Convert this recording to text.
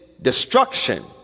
Destruction